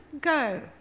go